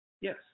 Yes